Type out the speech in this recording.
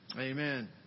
Amen